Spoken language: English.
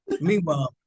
Meanwhile